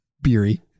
Beery